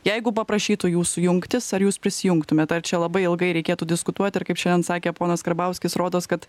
jeigu paprašytų jūsų jungtis ar jūs prisijungtumėt ar čia labai ilgai reikėtų diskutuot ir kaip šiandien sakė ponas karbauskis rodos kad